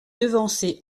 devancée